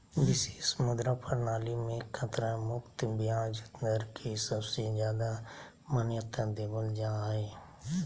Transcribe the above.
विशेष मुद्रा प्रणाली मे खतरा मुक्त ब्याज दर के सबसे ज्यादा मान्यता देवल जा हय